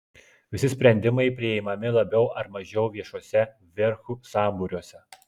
visi sprendimai priimami labiau ar mažiau viešuose verchų sambūriuose